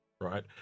right